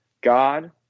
God